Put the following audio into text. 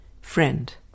Friend